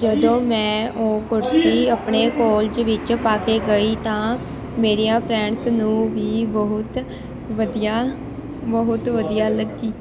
ਜਦੋਂ ਮੈਂ ਉਹ ਕੁੜਤੀ ਆਪਣੇ ਕੋਲਜ ਵਿੱਚ ਪਾ ਕੇ ਗਈ ਤਾਂ ਮੇਰੀਆਂ ਫਰੈਂਡਸ ਨੂੰ ਵੀ ਬਹੁਤ ਵਧੀਆ ਬਹੁਤ ਵਧੀਆ ਲੱਗੀ